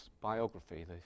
biography